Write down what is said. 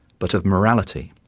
but of morality.